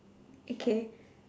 okay